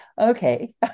okay